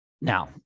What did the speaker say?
Now